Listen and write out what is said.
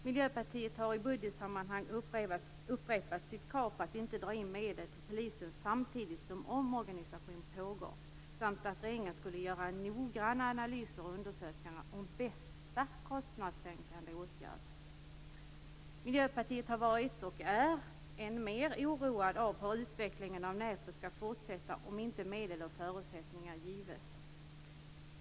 Miljöpartiet har i budgetsammanhang upprepat sitt krav på att man inte skall dra in medel till polisen samtidigt som omorganisation pågår, samt att regeringen skall göra noggranna analyser och undersökningar av de bästa kostnadssänkande åtgärderna. Miljöpartiet har varit, och är, oroat av hur utvecklingen av Näpo skall fortsätta om inte medel och förutsättningar gives.